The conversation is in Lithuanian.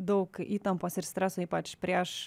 daug įtampos ir streso ypač prieš